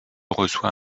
reçoit